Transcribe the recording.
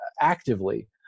actively